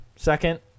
Second